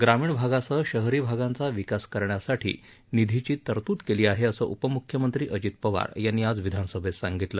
ग्रामीण भागासह शहरी भागांचा विकास करण्यासाठी निधीची तरतूद केली आहे असं उपम्ख्यमंत्री अजित पवार यांनी आज विधानसभेत सांगितलं